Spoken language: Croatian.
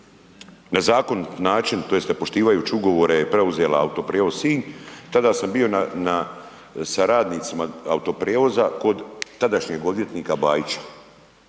nezakonit način tj. ne poštivajući ugovore je preuzela Autoprijevoz Sinj, tada sam bio sa radnicima Autoprijevoza kod tadašnjeg odvjetnika Bajića.